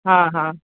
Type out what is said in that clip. हां हां